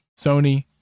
Sony